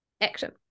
action